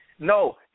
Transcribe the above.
No